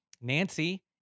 Nancy